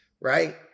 right